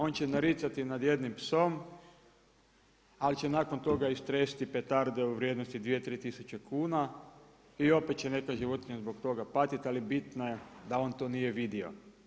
On će naricati nad jednim psom ali će nakon toga istresti petarde u vrijednosti 2, 3 tisuće kuna i opet će neka životinja zbog toga patiti ali bitno je da on to nije vidio.